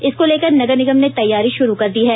इसको लेकर नगर निगम ने तैयारी शुरू कर दी है